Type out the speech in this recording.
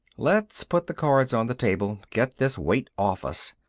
let's put the cards on the table, get this weight off us.